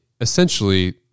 essentially